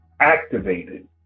activated